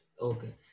Okay